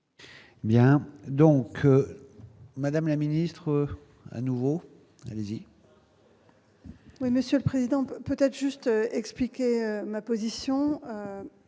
Bien, donc, madame la ministre, à nouveau saisi. Oui, Monsieur le Président peut peut-être juste expliquer ma position